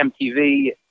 MTV